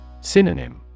Synonym